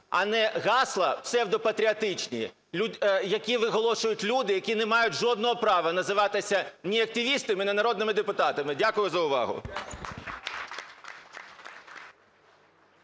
а не гасла псевдопатріотичні, які виголошують люди, які не мають жодного права називатися ні активістами, ні народними депутатами. Дякую за увагу.